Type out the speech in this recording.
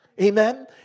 Amen